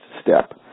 step